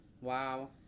Wow